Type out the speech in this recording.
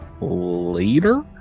later